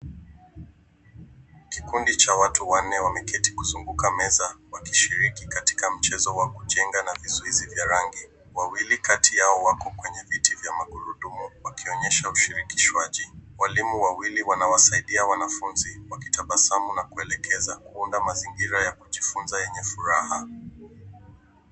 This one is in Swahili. Kikundi cha watu wanne wameketi kuzunguka meza wakishiriki katika mchezo wa kujenga na vizuizi vya rangi. Wawili kati yao wako kwenye viti vya magurudumu wakionyesha ushirikishi wake. Walimu wawili wanawasaidia wanafunzi wakitabasamu na kuelekeza na kuunda mazingira ya kujifunza yenye furaha.